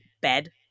bed